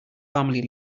family